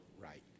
right